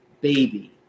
baby